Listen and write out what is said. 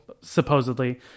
supposedly